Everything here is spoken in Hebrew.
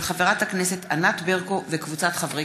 מאת חברי